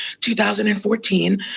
2014